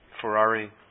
Ferrari